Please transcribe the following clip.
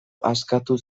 askatu